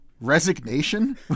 resignation